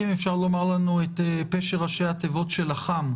אם אפשר לומר לנו את פשר ראשי התיבות אח"מ,